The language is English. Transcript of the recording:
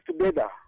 together